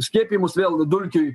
skiepijimus vėl vidurkiui